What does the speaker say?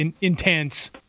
intense